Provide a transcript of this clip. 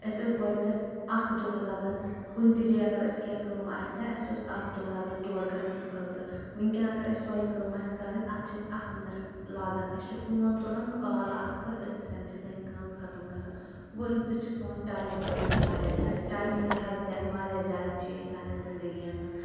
اسہِ اوس گۄڈٕنٮ۪تھ اکھ دۄہ لگان کُنہِ تہِ جایہِ اگر اسہِ کینٛہہ کٲم آسہِ ہا اسہِ اوس اکھ دۄہ لاگان تور گژھنہٕ خٲطرٕ ؤنکیٚن اگر اسہِ سۄے کٲم آسہِ کرٕنۍ اتھ چھِ اسہِ اکھ منٹ لاگان أسۍ چھِ فون تُلان کال اکھ کٔر أتھۍ سۭتۍ چھ سٲنۍ کٲم ختٕم گژھان گوٚو امہِ سۭتۍ چھُ سون ٹایِم تہِ بچان واریاہ زیادٕ ٹایمِکۍ لحاظہٕ تہِ آیہِ واریاہ زیادٕ چینج سانٮ۪ن زندگی یَن منٛز